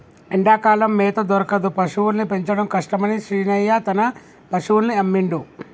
ఎండాకాలం మేత దొరకదు పశువుల్ని పెంచడం కష్టమని శీనయ్య తన పశువుల్ని అమ్మిండు